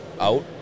out